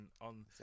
on